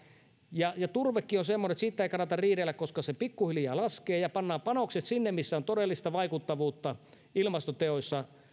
ja ja turvekin on semmoinen että siitä ei kannata riidellä koska se pikkuhiljaa laskee pannaan panokset sinne missä on todellista vaikuttavuutta ilmastoteoissa